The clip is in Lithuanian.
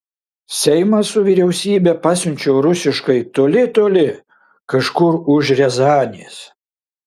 seimą su vyriausybe pasiunčiau rusiškai toli toli kažkur už riazanės